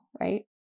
Right